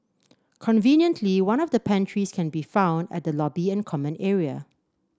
conveniently one of the pantries can be found at the lobby and common area